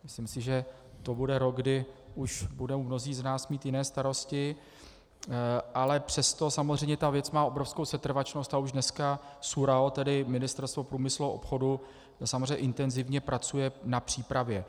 Myslím si, že to bude rok, kdy už budou mnozí z nás mít jiné starosti, ale přesto samozřejmě ta věc má obrovskou setrvačnost a už dneska SÚRAO, tedy Ministerstvo průmyslu a obchodu, samozřejmě intenzivně pracuje na přípravě.